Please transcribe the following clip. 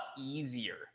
easier